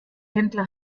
händler